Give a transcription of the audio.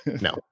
No